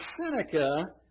Seneca